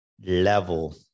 level